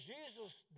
Jesus